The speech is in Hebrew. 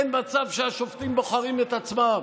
אין מצב שהשופטים בוחרים את עצמם.